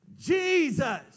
Jesus